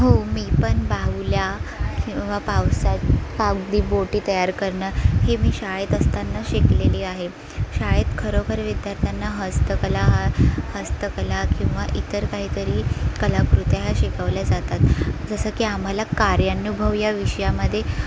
हो मी पण बाहुल्या किंवा पावसात कागदी बोटी तयार करणं हे मी शाळेत असताना शिकलेली आहे शाळेत खरोखर विद्यार्थ्यांना हस्तकला हा हस्तकला किंवा इतर काही तरी कलाकृत्या ह्या शिकवल्या जातात जसं की आम्हाला कार्यानुभव या विषयामध्ये